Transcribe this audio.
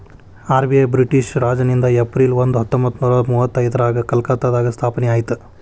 RBI British ರಾಜನಿಂದ April ಒಂದ ಹತ್ತೊಂಬತ್ತನೂರ ಮುವತ್ತೈದ್ರಾಗ ಕಲ್ಕತ್ತಾದಾಗ ಸ್ಥಾಪನೆ ಆಯ್ತ್